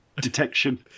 detection